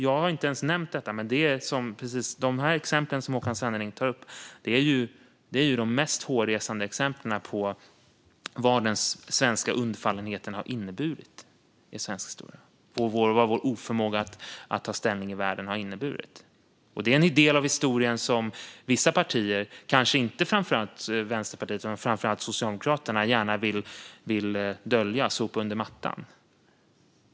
Jag har inte ens nämnt detta, men de exempel som Håkan Svenneling tar upp är de mest hårresande exemplen på vad den svenska undfallenheten har inneburit i svensk historia och vad vår oförmåga att ta ställning i världen har inneburit. Det är en del av historien som vissa partier - framför allt Socialdemokraterna, kanske inte framför allt Vänsterpartiet - gärna vill dölja och sopa under mattan.